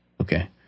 Okay